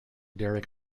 derek